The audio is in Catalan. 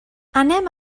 anem